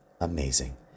amazing